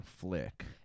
flick